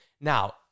Now